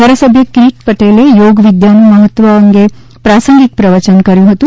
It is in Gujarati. ધારાસભ્ય કિરીટ પટેલે ચોગ વિદ્યાનું મહત્વ અંગે પ્રાસંગિક પ્રવયન કર્યું હતું